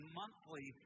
monthly